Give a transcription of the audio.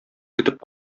көтеп